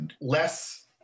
less